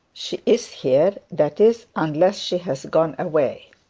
she is here that is, unless she has gone away